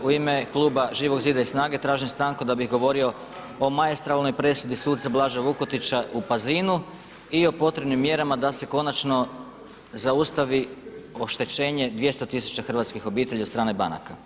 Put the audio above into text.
U ime kluba Živog zida i SNAGA-e tražim stanku da bih govorio o maestralnoj presudi suca Blaža Vukotića u Pazinu i o potrebnim mjerama da se konačno zaustavi oštećenje 200 hrvatskih obitelji od strane banaka.